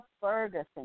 Ferguson